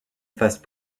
face